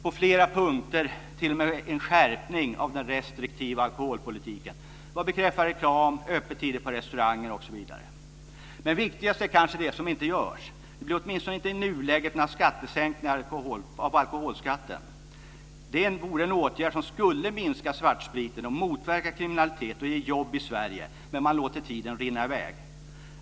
På flera punkter blir det t.o.m. en skärpning av den restriktiva alkholpolitiken vad beträffar reklam, öppettider på restauranger osv. Men viktigast är kanske det som inte görs. Det blir åtminstone i nuläget inte några sänkningar av alkoholskatten. Det vore en åtgärd som skulle minska svartspriten, motverka kriminalitet och ge jobb i Sverige. Men man låter tiden rinna i väg.